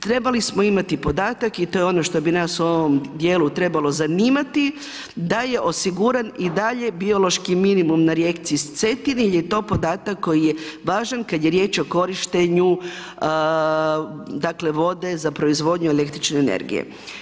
Trebali smo imati podatak i to je ono što bi nas u ovom dijelu trebalo zanimati da je osiguran i dalje biološki minimum na rijeci Cetini jel je to podatak koji je važan kada je riječ o korištenju vode za proizvodnju električne energije.